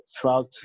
throughout